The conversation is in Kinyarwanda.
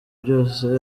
byose